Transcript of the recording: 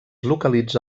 localitza